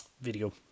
video